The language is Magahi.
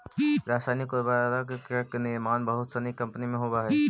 रसायनिक उर्वरक के निर्माण बहुत सनी कम्पनी में होवऽ हई